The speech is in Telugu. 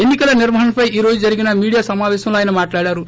ఎన్నికల నిర్వహణపై ఈ రోజు జరిగిన మీడియా సమాపేశంలో ఆయన మాట్లాడారు